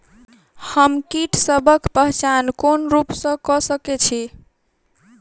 हम कीटसबक पहचान कोन रूप सँ क सके छी?